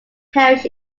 perish